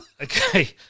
Okay